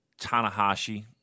Tanahashi